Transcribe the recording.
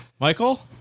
Michael